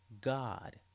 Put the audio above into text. God